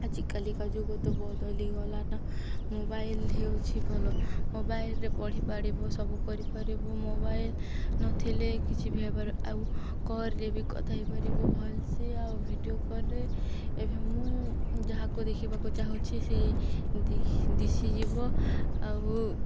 ଆଜିକାଲିକା ଯୁଗ ତ ବଦଳିଗଲା ନା ମୋବାଇଲ୍ ହେଉଛି ଭଲ ମୋବାଇଲ୍ରେ ପଢ଼ିପାରିବ ସବୁ କରିପାରିବୁ ମୋବାଇଲ୍ ନଥିଲେ କିଛି ବି ହେପାରିବ ଆଉ କଲ୍ରେ ବି କଥା ହେଇପାରିବ ଭଲସେ ଆଉ ଭିଡ଼ିଓ କଲ୍ରେ ଏବେ ମୁଁ ଯାହାକୁ ଦେଖିବାକୁ ଚାହୁଁଛି ସେ ଦିଶ ଦିଶିଯିବ ଆଉ